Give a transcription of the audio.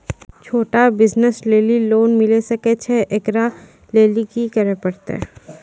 छोटा बिज़नस लेली लोन मिले सकय छै? एकरा लेली की करै परतै